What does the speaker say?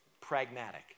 pragmatic